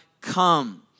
come